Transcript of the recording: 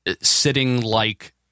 sitting-like